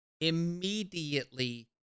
immediately